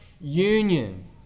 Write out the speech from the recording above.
union